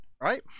right